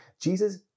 Jesus